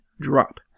drop